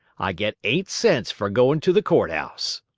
i get eight cents for goin' to the courthouse.